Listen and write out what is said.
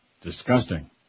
Disgusting